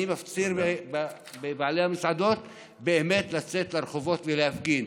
אני מפציר בבעלי המסעדות לצאת לרחובות ולהפגין.